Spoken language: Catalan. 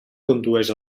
condueix